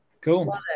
Cool